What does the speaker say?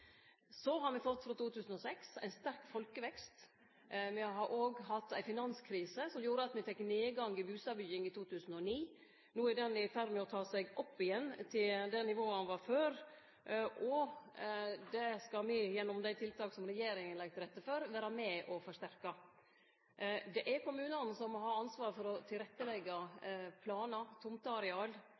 Så har me frå 2006 fått ein sterk folkevekst, me har òg hatt ei finanskrise, som gjorde at me fekk nedgang i bustadbygginga i 2009. No er ho i ferd med å ta seg opp igjen til det nivået ho var før. Det skal me – gjennom dei tiltaka regjeringa legg til rette for – vere med på å forsterke. Det er kommunane som har ansvaret for å